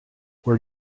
where